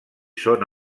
són